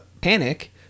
panic